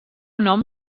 nom